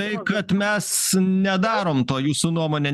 tai kad mes nedarom to jūsų nuomone